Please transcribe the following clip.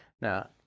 Now